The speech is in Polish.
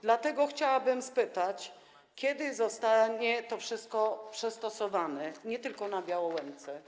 Dlatego chciałabym spytać: Kiedy zostanie to wszystko przystosowane, nie tylko na Białołęce?